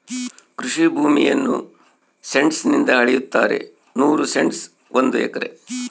ಕೃಷಿ ಭೂಮಿಯನ್ನು ಸೆಂಟ್ಸ್ ನಿಂದ ಅಳೆಯುತ್ತಾರೆ ನೂರು ಸೆಂಟ್ಸ್ ಒಂದು ಎಕರೆ